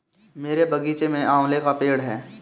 मेरे बगीचे में आंवले का पेड़ है